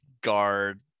guard